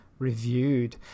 reviewed